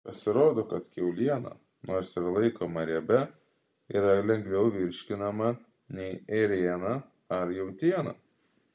pasirodo kad kiauliena nors ir laikoma riebia yra lengviau virškinama nei ėriena ar jautiena